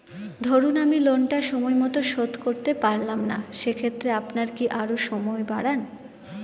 ধরুন আমি লোনটা সময় মত শোধ করতে পারলাম না সেক্ষেত্রে আপনার কি আরো সময় বাড়ান?